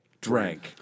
drank